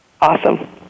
Awesome